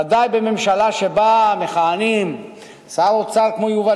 ודאי בממשלה שבה מכהנים שר אוצר כמו יובל